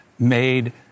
Made